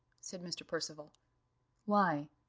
said mr. percival why?